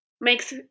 makes